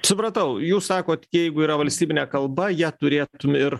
supratau jūs sakot jeigu yra valstybinė kalba ja turėtum ir